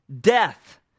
death